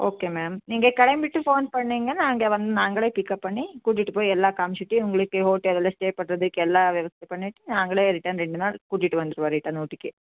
okay ma'am நீங்கள் கிளம்பிட்டு phone பண்ணிங்கன்னா நாங்கள் வந்து நாங்களே பிக்கப் பண்ணி கூட்டிட்டு போய் எல்லாம் காம்மிச்சிட்டு உங்களுக்கு ஹோட்டல்லலாம் ஸ்டே பண்ணுறதுக்கு எல்லா இது பண்ணிட்டு நாங்களே ரிட்டன் ரெண்டு நாள் கூட்டிட்டு வந்துடுவோம் ரிட்டன் ஊட்டிக்கே